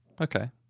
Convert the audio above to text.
okay